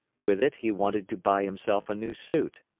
with it he wanted to buy himself a new suit.